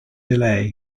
delay